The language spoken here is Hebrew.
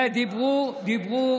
דיברו